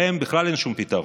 להם בכלל אין שום פתרון.